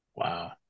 Wow